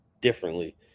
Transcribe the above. differently